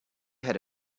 had